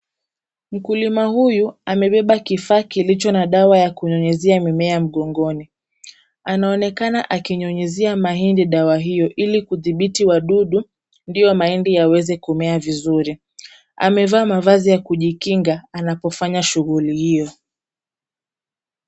Mkulima huyu amebeba kifaa kilicho na dawa ya kunyunyizia mimea mgongoni. Anaonekana akinyunyizia mahindi dawa iyo ili kudhibithi wadudu ndio mahindi yaweze kumea vizuri. Amevaa mavazi ya kujikinga anapofanya shughuli hiyo.